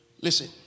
Listen